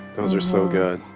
those are so good.